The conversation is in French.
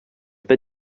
pas